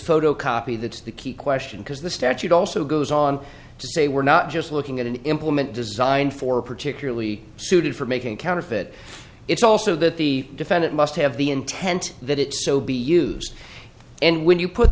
photocopy that's the key question because the statute also goes on to say we're not just looking at an implement designed for a particularly suited for making counterfeit it's also that the defendant must have the intent that it so be used and when you put